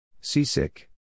Seasick